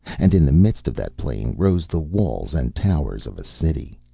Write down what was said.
and in the midst of that plain rose the walls and towers of a city.